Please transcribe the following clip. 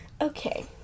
Okay